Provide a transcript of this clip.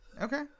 Okay